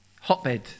Hotbed